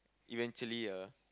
eventually uh